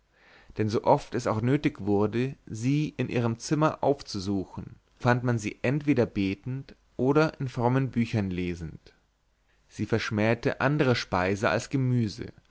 denn so oft es auch nötig wurde sie in ihrem zimmer aufzusuchen fand man sie entweder betend oder in frommen büchern lesend sie verschmähte andere speise als gemüse